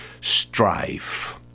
Strife